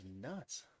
nuts